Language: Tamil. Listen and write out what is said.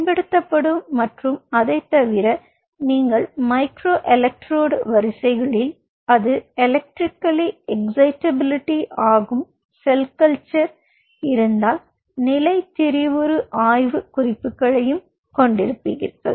பயன்படுத்தப்படும் மற்றும் அதைத் தவிர நீங்கள் மைக்ரோ எலக்ட்ரோடு வரிசைகளில் அது எலெக்ட்ரிக்கல்லி எக்ஸ்சிடபிலிட்டி ஆகும் செல் கல்ச்சர் இருந்தால் நிலைத்திரிவுறு ஆய்வு குறிப்புகளையும் கொண்டிருப்பீர்கள்